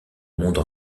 monde